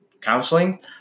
counseling